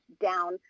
down